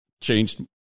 changed